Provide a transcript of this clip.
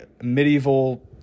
medieval